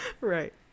Right